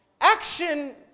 Action